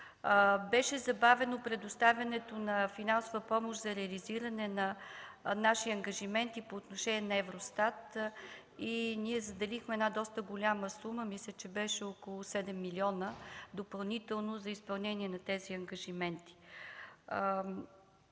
беше забавено предоставянето на финансова помощ за реализиране на наши ангажименти по отношение на Евростат, и ние заделихме доста голяма сума – мисля, че беше около 7 милиона допълнително, за изпълнение на тези ангажименти.